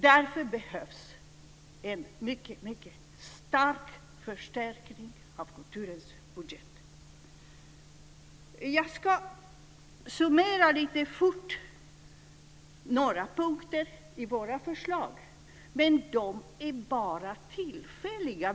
Därför behövs en mycket stor förstärkning av kulturens budget. Jag ska summera några punkter i våra förslag, men de är bara tillfälliga.